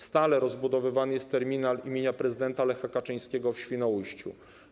Stale rozbudowywany jest terminal im. prezydenta Lecha Kaczyńskiego w Świnoujściu.